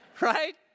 Right